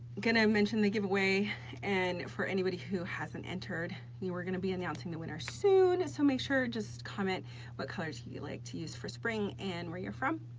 gonna mention the give away and for anybody who hasn't entered we're gonna be announcing the winner soon, so make sure just comment what colors you you like to use for spring and where you're from.